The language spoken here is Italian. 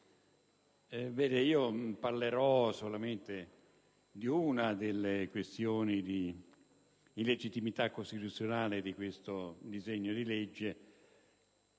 parlerò soltanto di una delle questioni di illegittimità costituzionale del disegno di legge